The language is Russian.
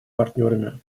партнерами